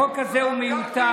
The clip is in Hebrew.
החוק הזה הוא מיותר,